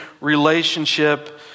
relationship